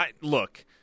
look